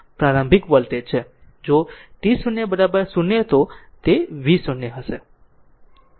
જો t0 0 તો તે v0 હશે